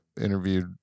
interviewed